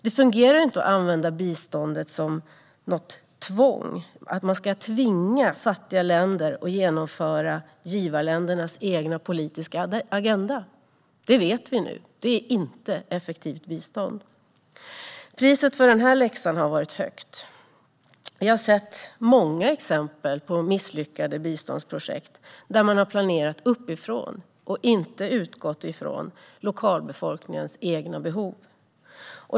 Det fungerar inte att använda biståndet som ett tvång för att få fattiga länder att genomföra givarländernas egen politiska agenda. Vi vet nu att detta inte är effektivt bistånd. Priset för denna läxa har varit högt. Vi har sett många exempel på misslyckade biståndsprojekt, där man har planerat uppifrån och inte har utgått från lokalbefolkningens egna behov.